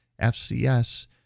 FCS